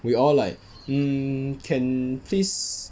we all like hmm can please